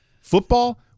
football